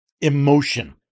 emotion